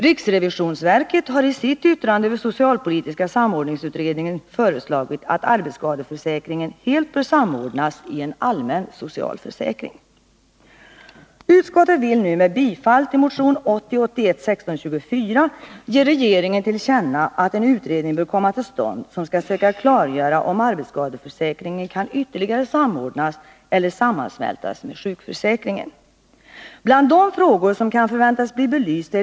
Riksrevisionsverket har i sitt yttrande över socialpolitiska samordningsutredningens betänkande föreslagit att arbetsskadeförsäkringen helt bör samordnas i en allmän socialförsäkring. 63 Utskottet vill med bifall till motion 1980/81:1624 ge regeringen till känna att en utredning bör komma till stånd, som skall söka klargöra om arbetsskadeförsäkringen kan ytterligare samordnas eller sammansmältas med sjukförsäkringen.